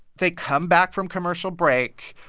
they come back from commercial break,